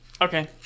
Okay